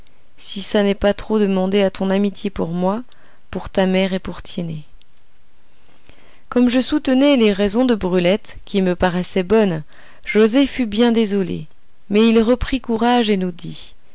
si ça n'est pas trop demander à ton amitié pour moi pour ta mère et pour tiennet comme je soutenais les raisons de brulette qui me paraissaient bonnes joset fut bien désolé mais il reprit courage et nous dit